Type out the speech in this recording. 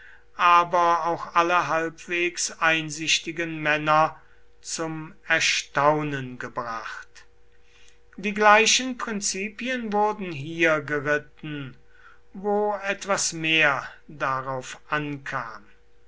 aber auch alle halbwegs einsichtigen männer zum erstaunen gebracht die gleichen prinzipien wurden hier geritten wo etwas mehr darauf ankam